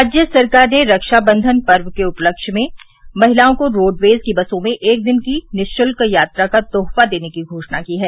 राज्य सरकार ने रक्षाबंधन पर्व के उपलक्ष्य में महिलाओं को रोडवेज बसों में एक दिन की निःशल्क यात्रा का तोहफा देने की घोषणा की है